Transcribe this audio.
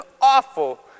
awful